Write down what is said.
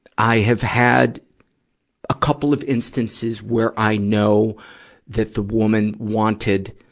i have had a couple of instances where i know that the woman wanted